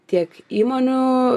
tiek įmonių